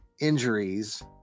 injuries